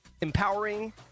empowering